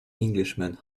englishman